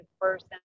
person